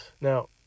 now